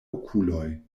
okuloj